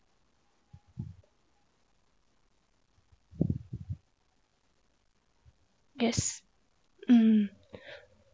guess mm